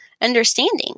understanding